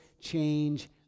change